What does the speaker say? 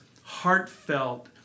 heartfelt